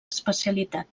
especialitat